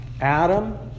Adam